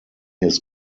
his